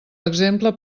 exemple